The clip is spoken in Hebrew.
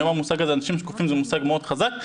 היום המושג הזה "אנשים שקופים" זה מושג מאוד חזק.